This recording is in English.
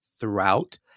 throughout